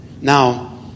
Now